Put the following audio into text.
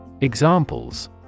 Examples